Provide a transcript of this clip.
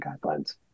guidelines